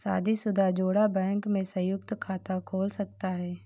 शादीशुदा जोड़ा बैंक में संयुक्त खाता खोल सकता है